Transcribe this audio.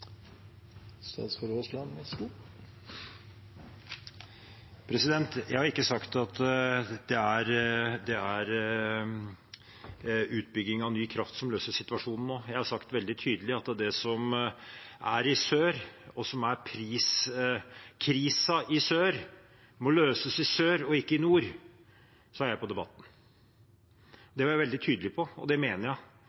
utbygging av ny kraft som løser situasjonen nå. Jeg har sagt veldig tydelig at priskrisen i sør må løses i sør og ikke i nord. Det sa jeg i Debatten, det var jeg veldig tydelig på, og det mener jeg er en veldig riktig tilnærming til problemstillingen, for i nord